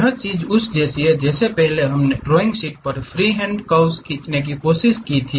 यह उस जैसा है जैसे पहेल हमने ड्राइंग शीट पर फ्रीहैंड कर्व्स खींचने की कोशिश की थी